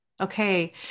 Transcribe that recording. Okay